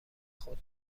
خود